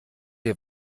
ihr